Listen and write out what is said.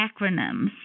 acronyms